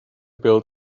build